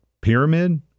pyramid